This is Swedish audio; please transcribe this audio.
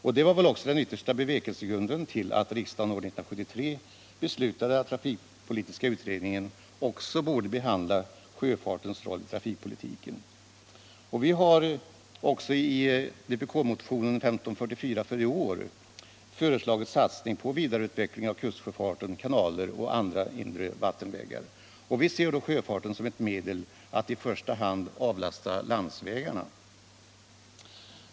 Detta var väl den yttersta bevekelsegrunden till att riksdagen år 1973 beslutade att trafikpolitiska utredningen borde behandla även sjöfartens roll i trafikpolitiken. Vi har också i vpk-motionen 1544 för i år föreslagit satsning på vidareutveckling av kustsjöfarten, kanaler och andra inre vattenvägar. Vi ser då sjöfarten som ett medel att i första hand avlasta landsvägarna.